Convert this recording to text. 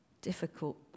Difficult